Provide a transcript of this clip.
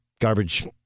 garbage